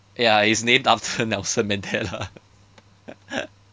ya it's named after nelson mandela